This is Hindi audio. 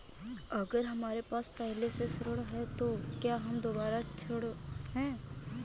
अगर हमारे पास पहले से ऋण है तो क्या हम दोबारा ऋण हैं?